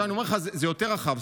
אני אומר לך, זה יותר רחב.